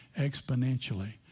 exponentially